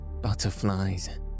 butterflies